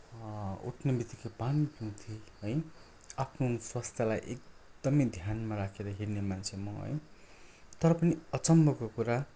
म उठ्ने बित्तिकै पानी पिउथेँ है आफ्नो स्वास्थ्यलाई एकदमै ध्यानमा राखेर हिँड्ने मान्छे म है तर पनि अचम्मको कुरा